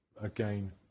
again